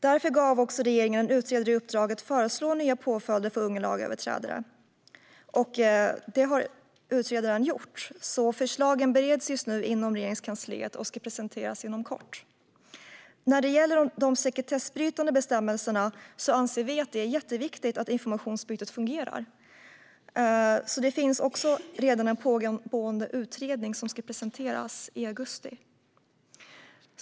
Regeringen gav därför en utredare i uppdrag att föreslå nya påföljder för unga lagöverträdare, vilket utredaren har gjort. Förslagen bereds just nu inom Regeringskansliet och ska presenteras inom kort. När det gäller de sekretessbrytande bestämmelserna anser vi att det är jätteviktigt att informationsutbytet fungerar. Det finns redan en pågående utredning som ska presenteras i augusti.